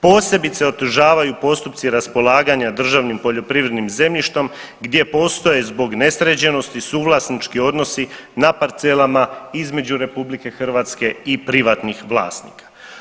Posebice otežavaju postupci raspolaganja državnim poljoprivrednim zemljištom gdje postoje zbog nesređenosti suvlasnički odnosi na parcelama između RH i privatnih vlasnika.